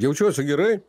jaučiuosi gerai